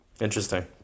Interesting